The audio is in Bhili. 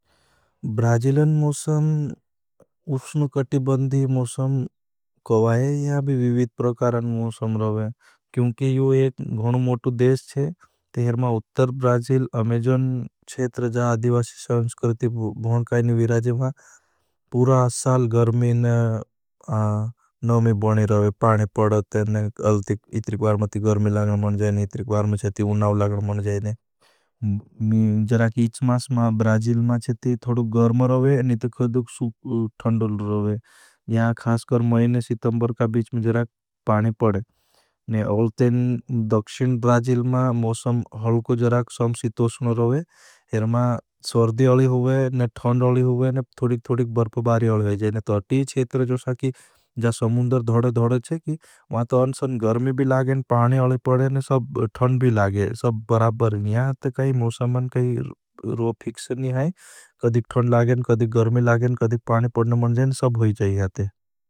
ब्राजिलन मौसम, उस्न कटी बंधी मौसम कवा है। यहाँ भी विवीद प्रकारन मौसम रहे हैं। क्यूंकि यो एक गणों मोटू देश है। तेहर मां उत्तर ब्राजिल, अमेजौन छेत्र जाएँ, अधिवासी शांसकरती भोनकाई नी विराज़े मां, पूरा साल गर्मी नामी बनी रहे, पानी पड़ते, इतरीक वार में ती गर्मी लागन मन जायें। इतरीक वार में चेती उन्नाव लागन मन जायें। इच मास मां ब्राजिल मां चेती थोड़ू गर्म रहे, नी तो खदुख थंडल रहे। मैंने सितंबर का बीच में जराग पानी पड़े, औलतें दक्षिन ब्राजिल मां मोसम हलको जराग समसी तोस्णो रहे, एर मां सौर्धी अली होगे, थंड अली होगे, थोड़ी थोड़ी बर्फबारी अली होगे। कदिक थंड लागें, कदिक गर्मी लागें, कदिक पानी पड़ना मन जाएं, सब होई जाएं यहाँ ते।